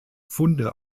funde